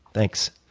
thanks.